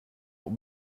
aux